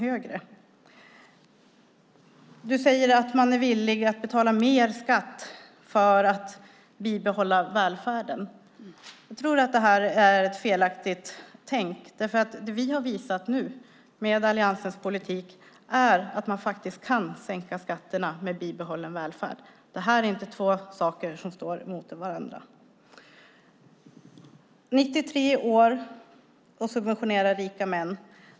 Britta Rådström säger att man är villig att betala mer skatt för att bibehålla välfärden. Jag tror att det är ett felaktigt tänk. Det vi har visat med alliansens politik är att man faktiskt kan sänka skatterna med bibehållen välfärd. Detta är inte två saker som står mot varandra. Britta Rådström säger att hennes mamma är 93 år och subventionerar rika män.